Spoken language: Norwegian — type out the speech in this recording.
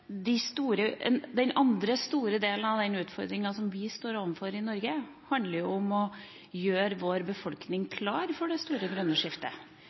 Den andre store delen av den utfordringa som vi står overfor i Norge, handler om å gjøre befolkninga klar for det store grønne skiftet.